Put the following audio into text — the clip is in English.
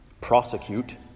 prosecute